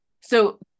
So-